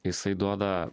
jisai duoda